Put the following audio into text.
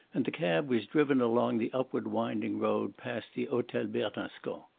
and the cab was driven along the upward-winding road past the hotel bernascon.